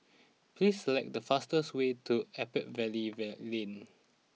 please select the fastest way to Attap Valley Lane